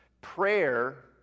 prayer